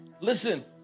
listen